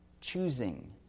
Choosing